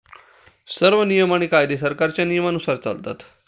सर्व नियम आणि कायदे सरकारच्या नियमानुसार चालतात